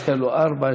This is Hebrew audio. יש כאלה ארבע,